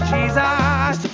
Jesus